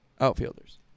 outfielders